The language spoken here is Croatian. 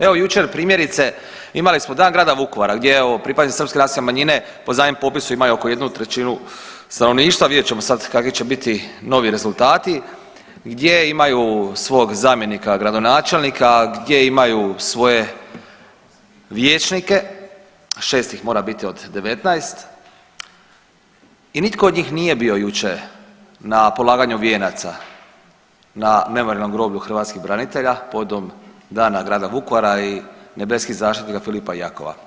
Evo jučer primjerice imali smo Dan grada Vukovara gdje evo pripadnici srpske nacionalne manjine po zadnjem popisu imaju oko 1/3 stanovništva, vidjet ćemo sad kakvi će biti novi rezultati, gdje imaju svog zamjenika gradonačelnika, gdje imaju svoje vijećnike, 6 ih mora biti od 19 i nitko od njih nije bio jučer na polaganju vijenaca na Memorijalnom groblju hrvatskih branitelja povodom Dana grada Vukovara i nebeskih zaštitnika Filipa Jakova.